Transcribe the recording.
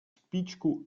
спичку